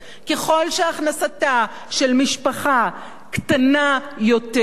ככל שהכנסתה של משפחה קטנה יותר,